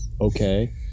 okay